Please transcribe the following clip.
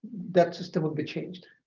that system will be changed.